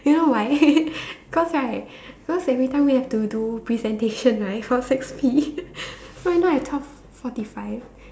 you know why cause right because every time we have to do presentation right for six P so you know at twelve forty five